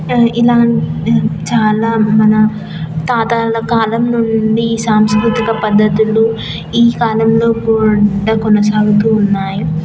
ఇలాంటి చాలా మన తాతాల కాలం నుండి ఈ సాంస్కృతిక పద్ధతులు ఈ కాలంలో కూడా కొనసాగుతూ ఉన్నాయి